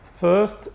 First